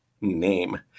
name